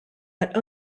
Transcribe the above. that